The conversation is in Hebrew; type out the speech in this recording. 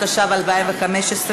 התשע"ו 2015,